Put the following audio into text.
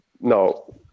no